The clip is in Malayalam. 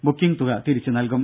ബുക്കിംഗ് തുക തിരിച്ചു നൽകും